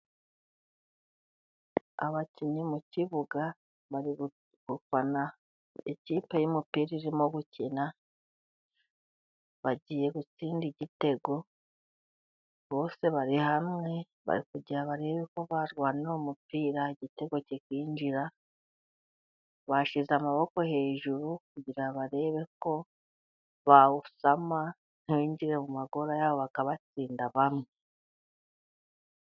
Abakinnyi mu kibuga bari gufana ikipe y'umupira irimo gukina, bagiye gutsinda igitego bose bari hamwe, bari kugira ngo barebe ko barwanira umupira igitego kikinjira, bashyize amaboko hejuru kugira ngo barebe ko bawusama ntiwinjire mu magori yabo, bakabatsinda bamwe.